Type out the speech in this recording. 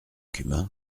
cumin